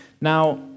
now